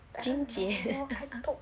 只有几年